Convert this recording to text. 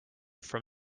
from